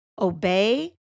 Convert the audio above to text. obey